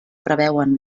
preveuen